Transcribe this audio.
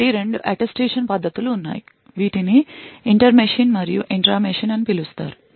కాబట్టి 2 అటెస్టేషన్ పద్ధతులు ఉన్నాయి వీటిని ఇంటర్ మెషిన్ మరియు ఇంట్రా మెషిన్ అని పిలుస్తారు